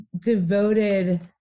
devoted